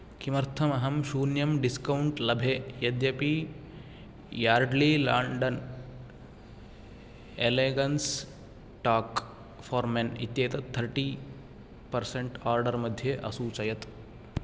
किमर्थमहं शून्यं डिस्कौण्ट् लभे यद्यपि Yardley London elegance talc for men इत्येतत् थर्टी पर्सेण्ट् आर्डर्मध्ये असूचयत्